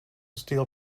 steel